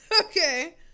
Okay